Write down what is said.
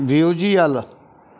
visual